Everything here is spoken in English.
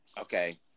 okay